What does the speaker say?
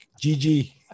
Gg